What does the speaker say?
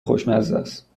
خوشمزست